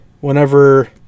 whenever